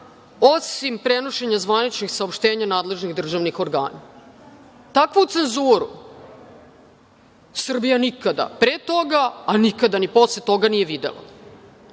osim prenošenja zvaničnih saopštenja nadležnih državnih organa. Takvu cenzuru Srbija nikada pre toga, a nikada ni posle toga nije videla.